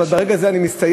אבל ברגע זה אני מסתייג.